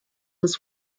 was